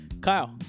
Kyle